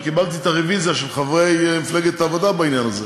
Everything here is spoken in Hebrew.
וקיבלתי את הרוויזיה של חברי מפלגת העבודה בעניין הזה.